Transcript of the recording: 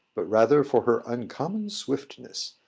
but rather for her uncommon swiftness.